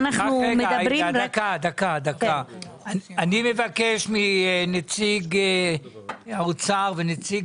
אני מבקש מנציג האוצר, מנציג